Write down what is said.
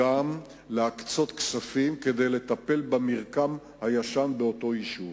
כדי לטפל במרקם הישן באותו יישוב.